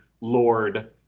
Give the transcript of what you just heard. Lord